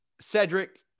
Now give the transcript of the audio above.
Cedric